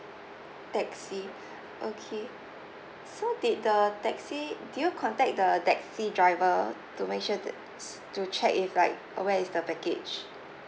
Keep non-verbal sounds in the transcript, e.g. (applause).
taxi (breath) okay so did the taxi did you contact the taxi driver to make sure the s~ to check if like uh where is the baggage